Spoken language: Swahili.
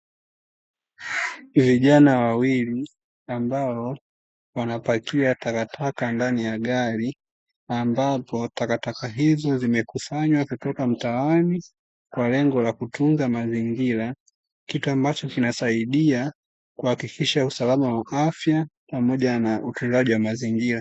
Vijana wawili ambao wanapakia takataka ndani ya gari ambapo, takataka hizi zimekusanywa kutoka mtaani kwa lengo la kutunza mazingira. Kitu ambacho kinasaidia kuhakikisha usalama wa afya pamoja na utunzaji wa mazingira.